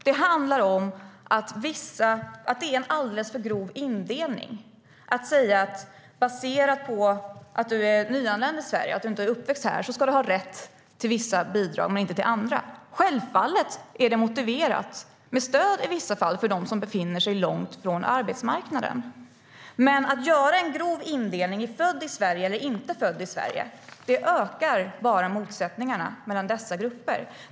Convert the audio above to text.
Det är en alldeles för grov indelning att säga att man ska ha rätt till vissa bidrag men inte till andra bara för att man är nyanländ i Sverige. Självfallet är det i vissa fall motiverat med stöd för dem som befinner sig långt från arbetsmarknaden, men att göra en grov indelning utifrån vem som är född i Sverige eller inte ökar bara motsättningarna mellan dessa grupper.